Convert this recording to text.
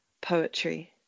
poetry